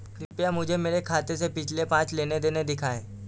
कृपया मुझे मेरे खाते से पिछले पांच लेन देन दिखाएं